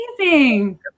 amazing